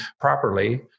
properly